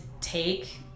take